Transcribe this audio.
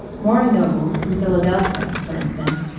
maury noble, from philadelphia, for instance,